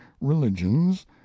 religions